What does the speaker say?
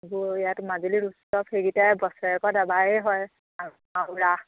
এইবোৰ ইয়াত মাজুলীৰ উৎসৱ সেইকিটাই বছৰেকৰত এবাৰেই হয় মাও ৰাস